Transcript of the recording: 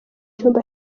cyumba